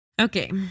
Okay